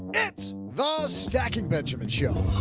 it's the stacking benjamins show!